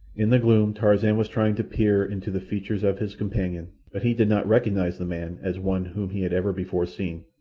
in the gloom tarzan was trying to peer into the features of his companion, but he did not recognize the man as one whom he had ever before seen.